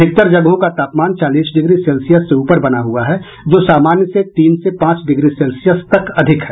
अधिकतर जगहों का तापमान चालीस डिग्री सेल्सियस से ऊपर बना हुआ है जो सामान्य से तीन से पांच डिग्री सेल्सियस तक अधिक है